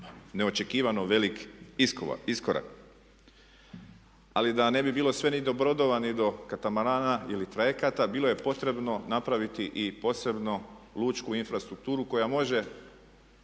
neočekivano velik iskorak. Ali da ne bi bilo sve ni do brodova, ni do katamarana ili trajekta bilo je potrebno napraviti i posebno lučku infrastrukturu koja može